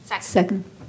Second